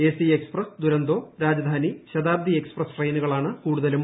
AC express Duronto Rajdhani Shatabdi express ട്രെയിനുകളാണ് കൂടുതലും